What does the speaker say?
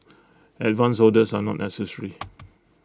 advance orders are not necessary